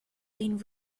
been